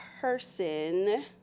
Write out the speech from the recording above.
person